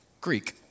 Greek